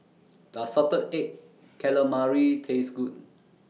Does Salted Egg Calamari Taste Good